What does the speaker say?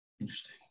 Interesting